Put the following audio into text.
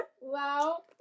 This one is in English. Wow